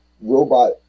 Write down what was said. robot